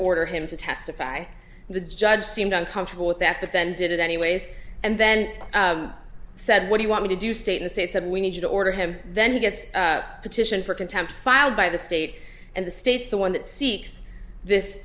order him to testify and the judge seemed uncomfortable with that then did it anyways and then said what do you want me to do stay in the states and we need to order him then he gets a petition for contempt filed by the state and the states the one that seeks this